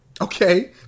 Okay